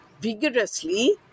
vigorously